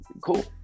Cool